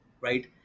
right